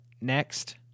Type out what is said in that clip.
next